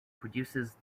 produces